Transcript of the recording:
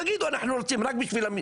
תגידו אנחנו רוצים רק בשביל וכולי.